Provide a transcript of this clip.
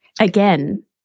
Again